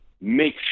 Make